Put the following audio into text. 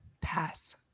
pass